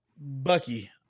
Bucky